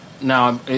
now